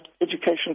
education